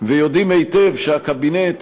ויודעים היטב שהקבינט,